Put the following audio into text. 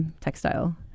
textile